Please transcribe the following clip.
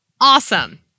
Awesome